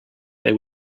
they